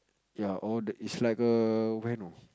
ya all the it's like a when of